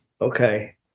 Okay